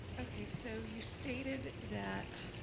okay, so you stated that